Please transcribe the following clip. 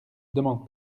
demande